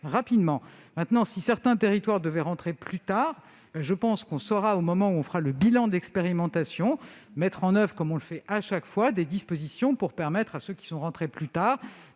rapidement. Toutefois, si certains territoires devaient entrer plus tard, on saura, au moment où l'on fera le bilan de l'expérimentation, mettre en oeuvre, comme on le fait chaque fois, des dispositions pour permettre à ceux qui sont entrés plus tard